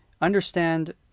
Understand